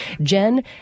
Jen